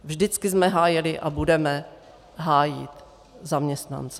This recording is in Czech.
Vždycky jsme hájili a budeme hájit zaměstnance.